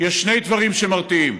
שיש שני דברים שמרתיעים: